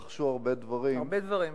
התרחשו הרבה דברים, הרבה דברים.